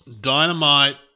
Dynamite